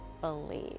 believe